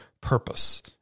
purpose